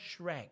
Shrek